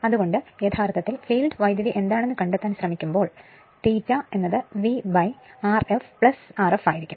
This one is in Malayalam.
അതുകൊണ്ട് യഥാർത്ഥത്തിൽ ഫീൽഡ് വൈദ്യുതി എന്താണെന്ന് കണ്ടെത്താൻ ശ്രമിക്കുമ്പോൾ ∅ VRf Rf ആയിരിക്കും